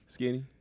Skinny